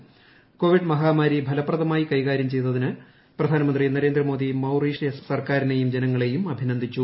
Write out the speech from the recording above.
ക്ലോവിഡ് മഹാമാരി ഫലപ്രദമായി കൈകാര്യം ചെയ്തതീന് പ്രധാനമന്ത്രി നരേന്ദ്ര മോദി മൌറീഷ്യസ് സർക്കാരിനെയും ജ്നങ്ങളെയും അഭിനന്ദിച്ചു